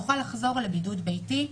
יוכל לחזור לבידוד ביתי.